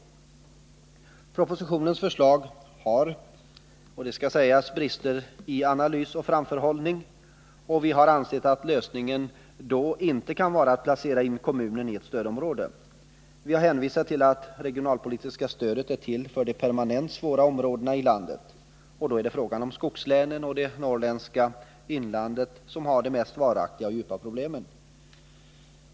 Även om propositionens förslag har brister i analys och framförhållning har vi ändå ansett att den rätta lösningen inte kan vara att placera in kommunen i ett stödområde. Vi har hänvisat till att det regionalpolitiska stödet är till för de områden i landet som permanent har svårigheter. Det är då fråga om skogslänen och det norrländska inlandet, som har de mest varaktiga och djupa problemen.